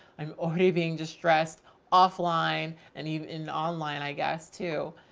i'm already being distressed offline and even online, i guess, too.